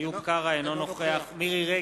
אינו נוכח מירי רגב,